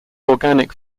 organic